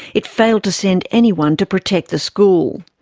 it failed to send anyone to protect the school.